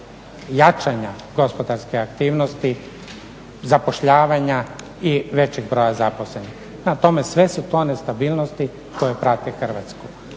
jačanja gospodarske aktivnosti, zapošljavanja i većeg broja zaposlenih. Prema tome sve su to nestabilnosti koje prate Hrvatsku.